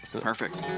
Perfect